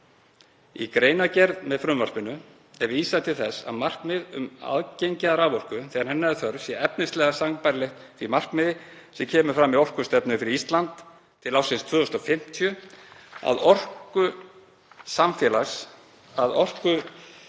Í greinargerð með frumvarpinu er vísað til þess að markmið um aðgengi að raforku þegar hennar er þörf sé efnislega sambærilegt því markmiði sem kemur fram í orkustefnu fyrir Ísland til ársins 2050 að „orkuþörf samfélags